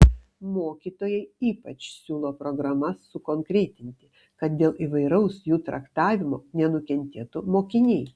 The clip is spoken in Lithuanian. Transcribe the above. mokytojai ypač siūlo programas sukonkretinti kad dėl įvairaus jų traktavimo nenukentėtų mokiniai